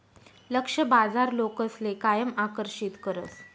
लक्ष्य बाजार लोकसले कायम आकर्षित करस